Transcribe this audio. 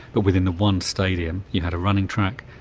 but within the one stadium you had a running track,